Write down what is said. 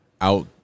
out